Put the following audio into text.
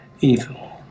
evil